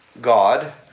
God